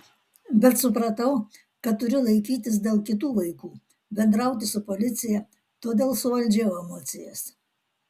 bet supratau kad turiu laikytis dėl kitų vaikų bendrauti su policija todėl suvaldžiau emocijas